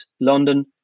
London